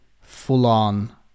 full-on